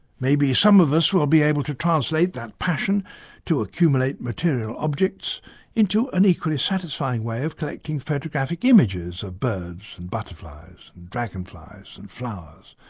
maybe some of us will be able to translate that passion to accumulate material objects into an equally satisfying way of collecting photographic images of birds and butterflies and dragonflies and flowers.